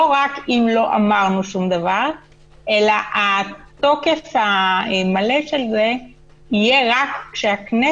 לא רק אם לא אמרנו שום דבר אלא התוקף המלא של זה יהיה רק כשהכנסת